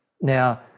Now